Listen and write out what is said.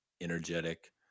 energetic